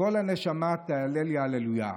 כל הנשמה תהלל יה, הללויה.